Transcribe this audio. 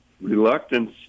reluctance